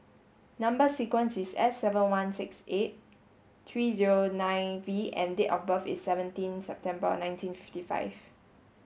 number sequence is S seven one six eight three zero nine V and date of birth is seventeen September nineteen fifty five